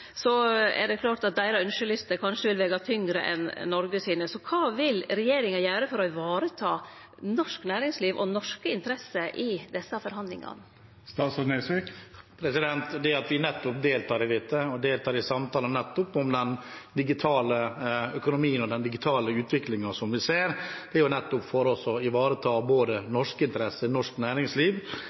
er det klart at deira ynskjelister kanskje vil vege tyngre enn Noreg sine. Kva vil regjeringa gjere for å vareta norsk næringsliv og norske interesser i desse forhandlingane? Det at vi deltar i dette og i samtaler om den digitale økonomien og den digitale utviklingen vi ser, er jo nettopp for å ivareta både norske interesser og norsk næringsliv.